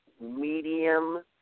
medium